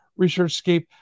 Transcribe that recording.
ResearchScape